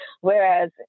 whereas